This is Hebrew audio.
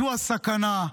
זו הסכנה.